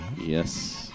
Yes